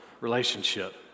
relationship